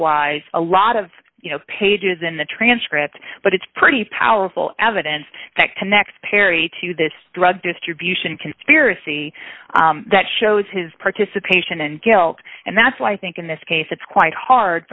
wise a lot of pages in the transcript but it's pretty powerful evidence that connects perry to this drug distribution conspiracy that shows his participation and guilt and that's why i think in this case it's quite hard